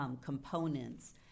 components